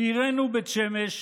בעירנו בית שמש